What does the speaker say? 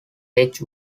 aged